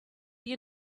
you